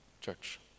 church